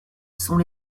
sont